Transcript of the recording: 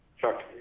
Chuck